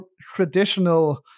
traditional